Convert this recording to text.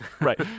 Right